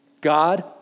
God